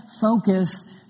focus